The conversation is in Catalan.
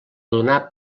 donar